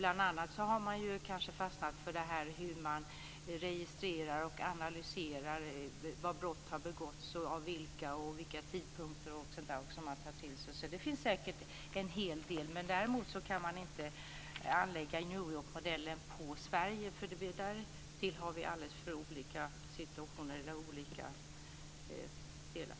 Bl.a. har man kanske fastnat för hur man registrerar och analyserar var brott har begåtts, av vilka och vid vilka tidpunkter osv. Det finns säkert en hel del i detta. Däremot kan man inte anlägga New York-modellen i Sverige. Därtill har vi alldeles för olika situationer.